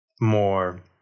more